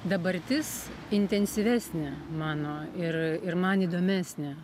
dabartis intensyvesnė mano ir ir man įdomesnė